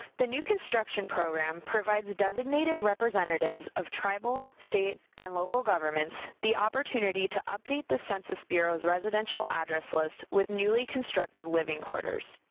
the new construction program provides designated representatives of tribal, state, and local governments the opportunity to update the census bureau's residential address list with newly constructed living quarters.